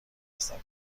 هستند